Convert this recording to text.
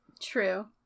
True